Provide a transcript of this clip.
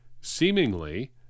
Seemingly